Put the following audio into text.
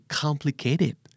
complicated